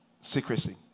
secrecy